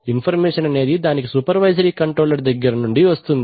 information అనేది దానికి supervisory controller దగ్గర నుండి వస్తుంది